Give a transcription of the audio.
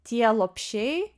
tie lopšiai